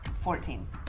fourteen